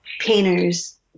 painters